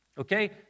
Okay